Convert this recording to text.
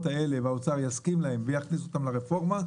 האלה ואם האוצר יסכים להן ויכניס אותן לרפורמה,